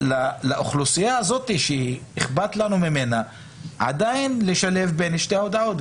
לאוכלוסייה הזאת שאכפת לנו ממנה עדין לשלב בין שתי ההודעות,